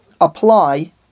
apply